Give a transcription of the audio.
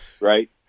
right